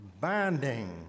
binding